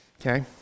Okay